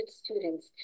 students